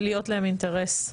צריך להיות להם אינטרס.